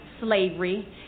slavery